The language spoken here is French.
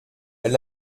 elle